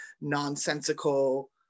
nonsensical